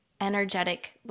energetic